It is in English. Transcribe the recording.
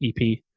EP